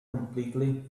completely